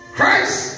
Christ